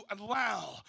allow